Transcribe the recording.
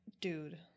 dude